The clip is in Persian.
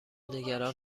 نگران